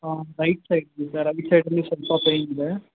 ಹಾಂ right side right ಸೈಡಲ್ಲಿ ಸ್ವಲ್ಪ ಪೈನಿದೆ